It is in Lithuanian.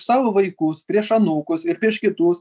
savo vaikus prieš anūkus ir prieš kitus